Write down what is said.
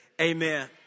amen